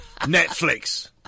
Netflix